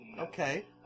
Okay